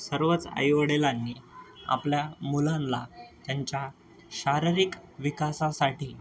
सर्वच आईवडिलांनी आपल्या मुलांला त्यांच्या शारीरिक विकासासाठी